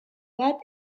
bat